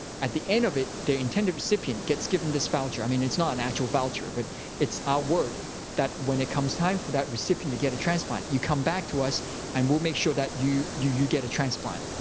at the end of it, their intended recipient gets given this voucher. i mean, it's not an actual voucher, but it's our word that when it comes time for that recipient to get a transplant, you come back to us and we'll make sure that you you get a transplant.